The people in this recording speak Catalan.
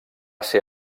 ser